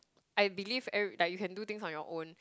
I believe every~ like you can do things on your own